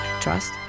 Trust